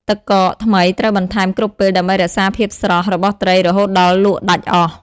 ទឹកកក ថ្មីត្រូវបន្ថែមគ្រប់ពេលដើម្បីរក្សាភាពស្រស់របស់ត្រីរហូតដល់លក់ដាច់អស់។